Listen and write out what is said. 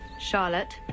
Charlotte